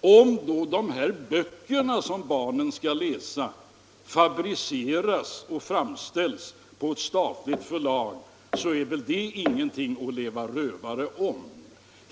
Om då också böckerna, som barnen skall läsa, framställs på ett statligt förlag, är väl det ingenting att leva rövare om.